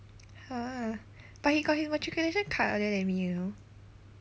!huh! but he got his matriculation card earlier than me you know